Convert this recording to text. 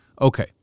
Okay